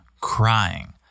crying